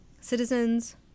citizens